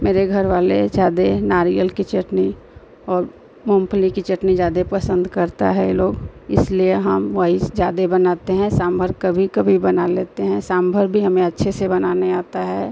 मेरे घरवाले ज़्यादा नारियल की चटनी और मूँगफ़ली की चटनी ज़्यादा पसन्द करते हैं ये लोग इसलिए हम वही ज़्यादा बनाते हैं साम्भर कभी कभी बना लेते हैं साम्भर भी हमें अच्छे से बनाना आता है